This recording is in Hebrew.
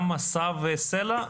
גם מסע וסלע?